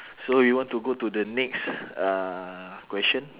so you want to go to the next uh question